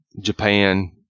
Japan